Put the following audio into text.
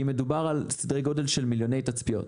כי מדובר בסדרי גודל של מיליוני תצפיות.